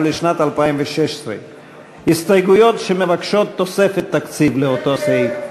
אבל לשנת 2016. הסתייגויות שמבקשות תוספת תקציב לאותו סעיף.